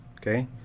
Okay